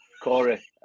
Corey